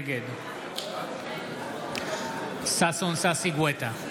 נגד ששון ששי גואטה,